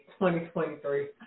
2023